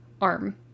Arm